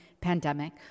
pandemic